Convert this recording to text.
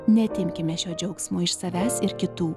neatimkime šio džiaugsmo iš savęs ir kitų